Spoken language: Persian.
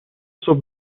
صبح